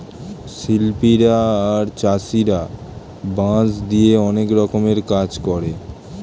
শিল্পীরা আর চাষীরা বাঁশ দিয়ে অনেক রকমের কাজ করে